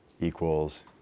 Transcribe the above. equals